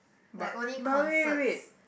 like only concerts